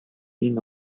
ийн